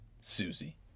Susie